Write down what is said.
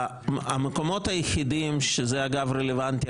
המקומות היחידים שזה אגב רלוונטי,